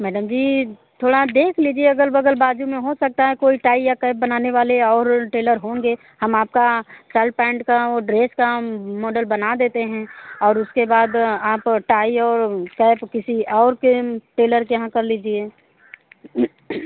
madam ji थोड़ा देख लीजिए अगल बगल बाजू में हो सकता है कोई टाई या कैप बनाने वाले और टेलर होंगे हम आपका शर्ट पैंट का और ड्रेस का मॉडल बना देते हैं और उसके बाद आप टाई और कैप किसी और के टेलर के यहाँ कर लीजिए